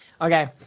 Okay